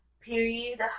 period